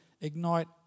ignite